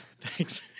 Thanks